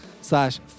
slash